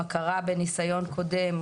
הכרה בניסיון קודם,